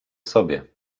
sobie